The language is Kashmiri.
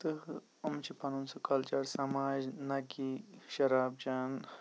تہٕ یِم چھ پَنُن سُہ کَلچَر سَماج نا کہِ شِراب چیٚنۍ